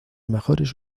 mejores